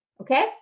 okay